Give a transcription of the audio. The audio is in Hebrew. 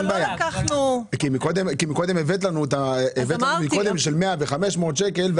קודם דיברת על 100 ועל 500 שקלים.